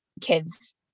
kids